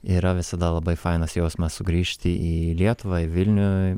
yra visada labai fainas jausmas sugrįžti į lietuvą į vilnių